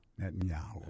Netanyahu